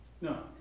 No